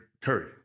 curry